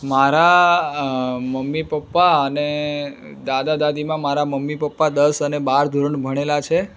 મારા mummy papa અને દાદા દાદીમાં મારા મમ્મી પપ્પા દસ અને બાર ધોરણ ભણેલાં છે